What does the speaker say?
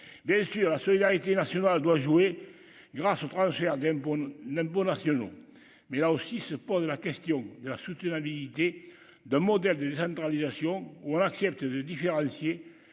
bien sûr, la solidarité nationale doit jouer grâce au transfert d'impôts l'impôt nationaux mais là aussi, se pose la question de la soutenabilité de modèles de décentralisation ou on accepte de différencier,